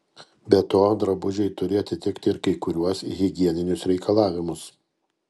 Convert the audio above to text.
be to drabužiai turi atitikti ir kai kuriuos higieninius reikalavimus